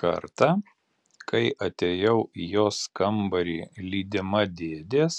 kartą kai atėjau į jos kambarį lydima dėdės